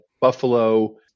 Buffalo